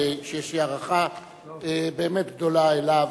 שיש לי הערכה באמת גדולה אליו,